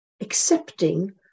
accepting